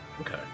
Okay